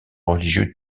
religieux